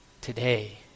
Today